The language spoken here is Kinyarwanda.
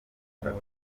butaka